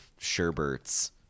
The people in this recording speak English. Sherberts